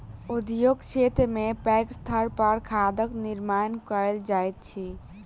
उद्योग क्षेत्र में पैघ स्तर पर खादक निर्माण कयल जाइत अछि